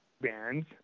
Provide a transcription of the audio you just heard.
bands